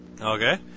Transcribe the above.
Okay